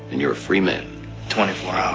and you're a free man twenty-four